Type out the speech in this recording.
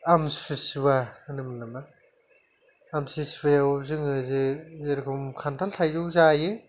आमथिसुवा होनोमोन नामा आमथिसुयाव जोङो जेरखम खान्थाल थाइजौ जायो